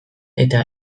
eta